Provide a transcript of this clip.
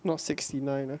no sixty nine ah